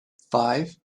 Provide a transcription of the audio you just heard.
five